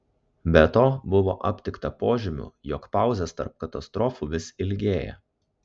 be to buvo aptikta požymių jog pauzės tarp katastrofų vis ilgėja